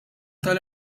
tal